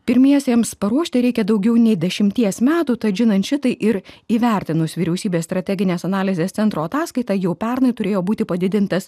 pirmiesiems paruošti reikia daugiau nei dešimties metų tad žinant šitai ir įvertinus vyriausybės strateginės analizės centro ataskaitą jau pernai turėjo būti padidintas